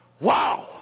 Wow